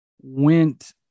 went